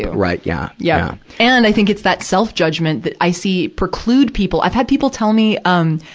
right, yeah. yeah. and, i think it's that self-judgment that i see preclude people. i've had people tell me, um,